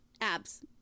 abs